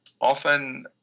often